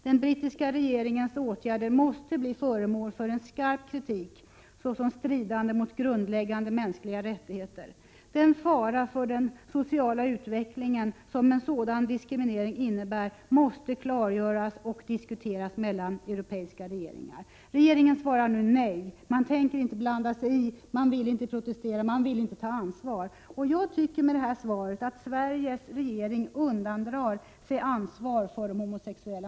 Den brittiska regeringens åtgärder måste bli föremål för skarp kritik såsom stridande mot grundläggande mänskliga rättigheter. Den fara för den sociala utvecklingen som en sådan diskriminering innebär måste klargöras och diskuteras mellan europeiska regeringar. Regeringen svarar nu nej. Den tänker inte blanda sig i. Den vill inte protestera och ta ansvar. Genom detta svar undandrar sig Sveriges regering ansvaret för de homosexuella.